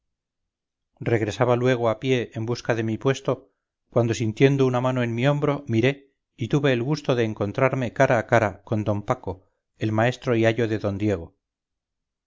regresaba luego a pie en busca de mi puesto cuando sintiendo una mano en mi hombro miré y tuve el gusto de encontrarme cara a cara con d paco el maestro y ayo de d diego